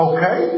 Okay